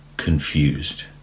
confused